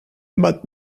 but